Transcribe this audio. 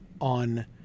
on